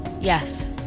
Yes